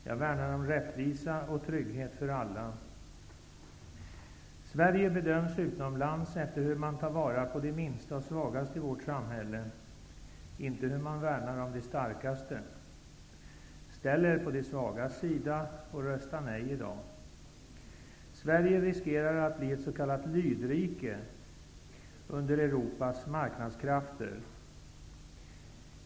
Jag värnar om rättvisa och trygghet för alla. Sverige bedöms utomlands efter hur vi tar vara på de minsta och de svagaste i vårt samhälle -- inte efter hur vi värnar om de starkaste. Ställ er på de svagas sida och rösta nej i dag! Sverige riskerar att bli ett s.k. lydrike under Europas marknadskrafter.